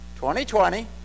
2020